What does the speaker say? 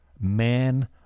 man